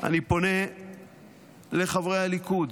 אני פונה לחברי הליכוד: